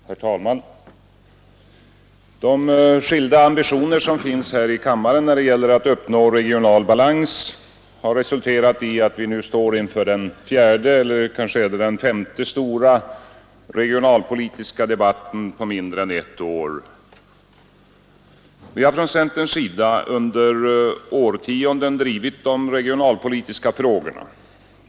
Herr talman! De skilda ambitioner som finns här i kammaren när det gäller att uppnå regional balans har resulterat i att vi nu står inför den fjärde eller kanske är det den femte stora regionalpolitiska debatten på mindre än ett år. Vi har från centerns sida under årtionden drivit de regionalpolitiska frågorna.